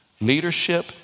leadership